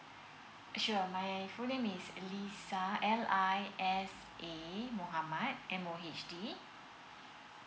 sure my full name is L I S A muhammad M_O_H_D